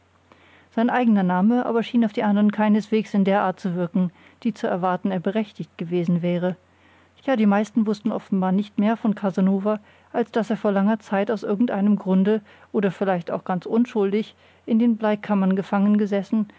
sein eigener name aber schien auf die andern keineswegs in der art zu wirken die zu erwarten er berechtigt gewesen wäre ja die meisten wußten offenbar nicht mehr von casanova als daß er vor langer zeit aus irgendeinem grunde oder vielleicht auch ganz unschuldig in den bleikammern gefangen gesessen